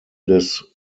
des